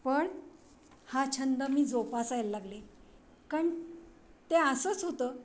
पण हा छंद मी जोपासायला लागले कारण ते असंच होतं